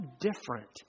different